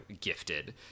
gifted